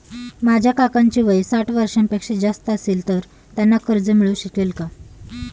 माझ्या काकांचे वय साठ वर्षांपेक्षा जास्त असेल तर त्यांना कर्ज मिळू शकेल का?